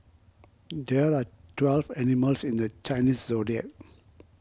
there are twelve animals in the Chinese zodiac